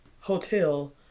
hotel